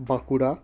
Bankura